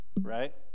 right